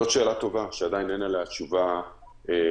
זאת שאלה טובה, שעדיין אין עליה תשובה מוכחת.